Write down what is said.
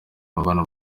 urban